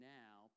now